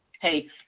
Hey